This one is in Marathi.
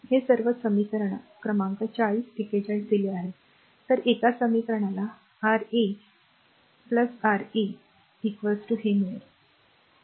हे सर्व समीकरण क्रमांक 40 41 दिले आहेत तर एका समीकरणाला Ra a R a हे मिळाले